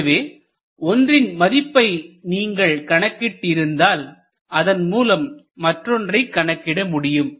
எனவே ஒன்றின் மதிப்பை நீங்கள் கணக்கிட்டு இருந்தால் அதன் மூலம் மற்றொன்றை கணக்கிட முடியும்